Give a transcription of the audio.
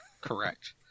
Correct